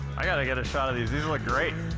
i gotta get a shot of these. these look great.